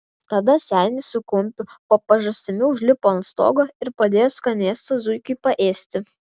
tada senis su kumpiu po pažastimi užlipo ant stogo ir padėjo skanėstą zuikiui paėsti